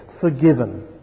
forgiven